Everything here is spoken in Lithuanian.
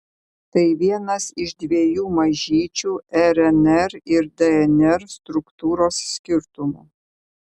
tai vienas iš dviejų mažyčių rnr ir dnr struktūros skirtumų